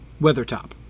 Weathertop